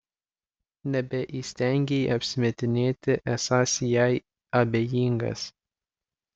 nebeįstengei apsimetinėti esąs jai abejingas